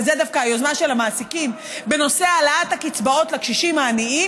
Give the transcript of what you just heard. וזה דווקא היוזמה של המעסיקים בנושא העלאת הקצבאות לקשישים העניים,